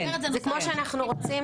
זה כמו שאנחנו רוצים